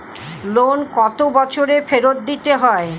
Loan কত বছরে ফেরত দিতে হয়?